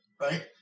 right